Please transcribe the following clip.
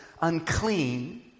unclean